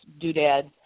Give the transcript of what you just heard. doodads